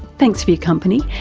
thanks for your company,